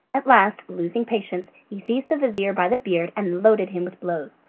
at last, losing patience, he seized the vizir by the beard and loaded him with blows.